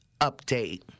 Update